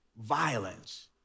violence